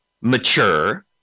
mature